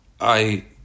I